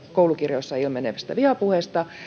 koulukirjoissa ilmenevästä vihapuheesta